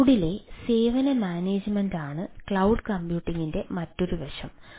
ക്ലൌഡിലെ സേവന മാനേജുമെന്റാണ് ക്ലൌഡ് കമ്പ്യൂട്ടിംഗിന്റെ മറ്റൊരു വശം